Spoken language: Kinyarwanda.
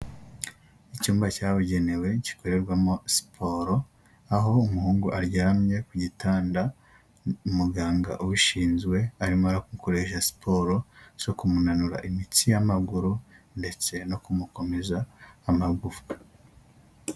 Icyumba cyabugenewe gikorerwamo siporo, aho umuhungu aryamye ku gitanda, umuganga ubishinzwe arimo aramukoresha siporo zo kumunanura imitsi y'amaguru ndetse no kumukomeza amagufwa.